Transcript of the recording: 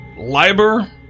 Liber